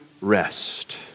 rest